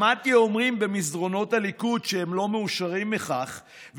שמעתי אומרים במסדרונות הליכוד שהם לא מאושרים מכך,